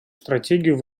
стратегию